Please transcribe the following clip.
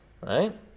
right